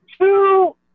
two